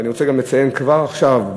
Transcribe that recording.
ואני רוצה לציין כבר עכשיו,